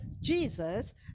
jesus